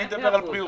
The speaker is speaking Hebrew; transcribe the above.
אני מדבר על בריאות.